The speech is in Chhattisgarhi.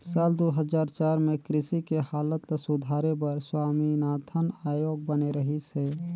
साल दू हजार चार में कृषि के हालत ल सुधारे बर स्वामीनाथन आयोग बने रहिस हे